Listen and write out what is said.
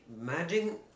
Imagine